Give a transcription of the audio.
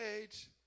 age